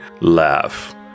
laugh